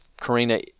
Karina